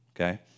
okay